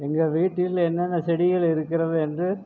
எங்கள் வீட்டில் என்னென்ன செடிகள் இருக்கின்றது என்று